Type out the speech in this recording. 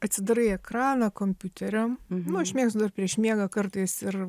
atsidarai ekraną kompiuterio nu aš mėgstu dar prieš miegą kartais ir